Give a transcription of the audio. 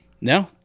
No